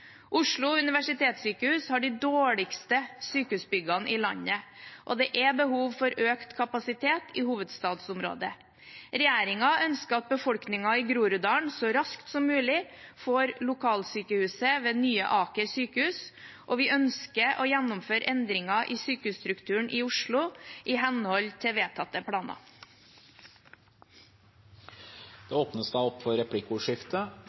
Oslo universitetssykehus har de dårligste sykehusbyggene i landet, og det er behov for økt kapasitet i hovedstadsområdet. Regjeringen ønsker at befolkningen i Groruddalen så raskt som mulig får lokalsykehuset ved Nye Aker sykehus, og vi ønsker å gjennomføre endringer i sykehusstrukturen i Oslo i henhold til vedtatte planer. Det blir replikkordskifte.